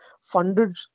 funded